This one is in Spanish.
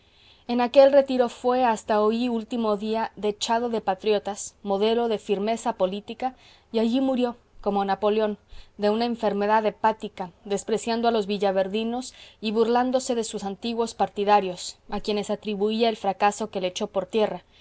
en aquel retiro fué hasta oí último día dechado de patriotas modelo de firmeza política y allí murió como napoleón de una enfermedad hepática despreciando a los villaverdinos y burlándose de sus antiguos partidarios a quienes atribuía el fracaso que le echó por tierra